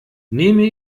nehme